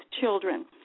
children